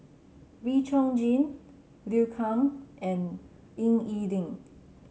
Wee Chong Jin Liu Kang and Ying E Ding